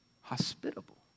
hospitable